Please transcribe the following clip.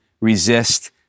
resist